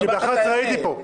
אני ב-11:00 הייתי פה.